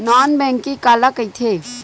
Non banking काला कइथे?